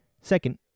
Second